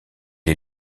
est